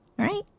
right?